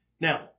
Now